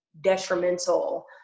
detrimental